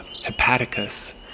Hepaticus